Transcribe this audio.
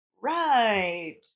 right